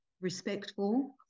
respectful